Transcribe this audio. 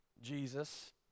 Jesus